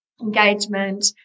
engagement